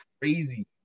crazy